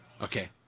Okay